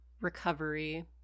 recovery